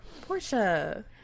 Portia